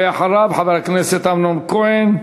ואחריו, חבר הכנסת אמנון כהן,